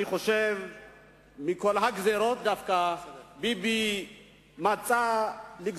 אני חושב שמכל הגזירות ביבי דווקא מצא לנכון